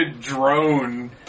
drone